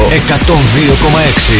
102.6